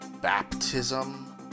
baptism